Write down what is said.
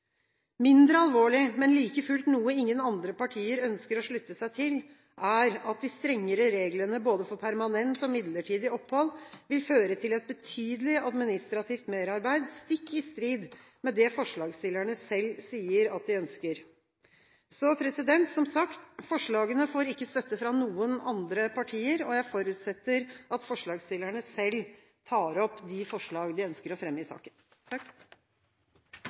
Mindre alvorlig, men like fullt noe ingen andre partier ønsker å slutte seg til, er at de strengere reglene for både permanent og midlertidig opphold vil føre til et betydelig administrativt merarbeid, stikk i strid med det forslagsstillerne selv sier at de ønsker. Som sagt: Forslagene får ikke støtte fra noen andre partier. Jeg forutsetter at forslagsstillerne selv tar opp de forslag de ønsker å fremme i saken.